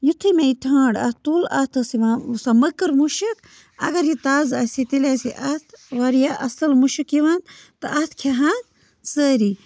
یُتھُے مےٚ یہِ ٹھانٛڈ اَتھ تُل اَتھ ٲس یِوان سۄ مٔکٕر مُشِک اگر یہِ تازٕ آسہِ ہے تیٚلہِ آسہِ ہا اَتھ واریاہ اَصٕل مُشک یِوان تہٕ اَتھ کھٮ۪ہَن سٲری